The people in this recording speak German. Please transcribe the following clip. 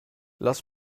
lass